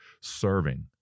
serving